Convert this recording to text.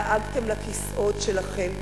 דאגתם לכיסאות שלכם,